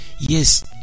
Yes